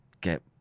get